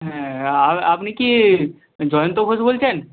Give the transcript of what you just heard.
হ্যাঁ আপনি কি জয়ন্ত ঘোষ বলছেন